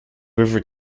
river